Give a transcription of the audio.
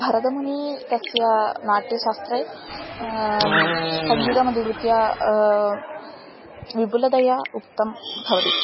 भरतमुनिः तस्य नाट्यशास्त्रे सङ्गीतमधिकृत्य विपुलतया उक्तं भवति